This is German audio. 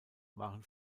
waren